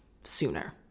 sooner